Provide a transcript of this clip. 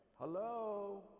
Hello